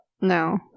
No